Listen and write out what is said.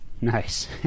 Nice